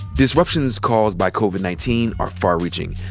disruptions caused by covid nineteen are far reaching.